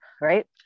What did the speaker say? right